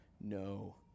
no